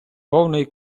повний